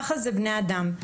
ככה זה בני אדם.